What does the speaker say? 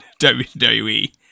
WWE